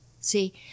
see